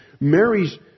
Mary's